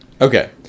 okay